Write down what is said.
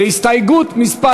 הסתייגות מס'